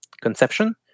conception